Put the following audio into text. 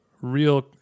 real